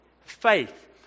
faith